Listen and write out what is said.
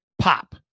pop